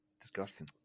disgusting